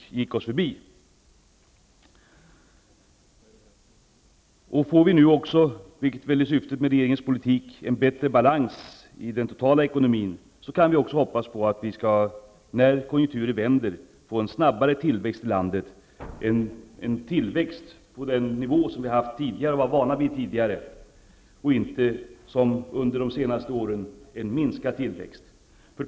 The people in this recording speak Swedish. Får vi nu också, vilket torde vara syftet med regeringens politik, en bättre balans i den totala ekonmin, så kan vi också hoppas på att vi när konjunkturen vänder får en snabbare tillväxt i landet. Det kan bli en tillväxt på den nivå som vi har varit vana vid tidigare i stället för en minskad tillväxt som vi har haft under de senast åren.